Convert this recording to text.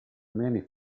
many